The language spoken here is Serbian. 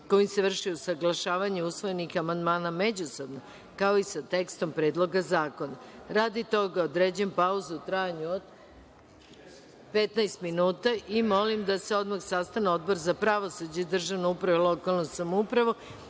kojim se vrši usaglašavanje usvojenih amandmana međusobno, kao i sa tekstom Predloga zakona. Radi toga određujem pauzu u trajanju od 15 minuta i molim da se odmah sastanu Odbor za pravosuđe, državnu upravu i lokalnu samoupravu